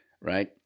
right